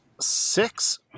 Six